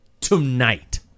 Tonight